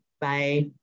Bye